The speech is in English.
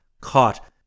caught